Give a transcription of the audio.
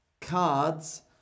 cards